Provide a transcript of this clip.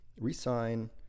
re-sign